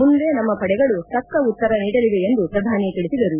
ಮುಂದೆ ನಮ್ನ ಪಡೆಗಳು ತಕ್ಕ ಉತ್ತರ ನೀಡಲಿವೆ ಎಂದು ಪ್ರಧಾನಿ ತಿಳಿಸಿದರು